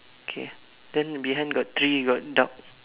okay then behind got three got dog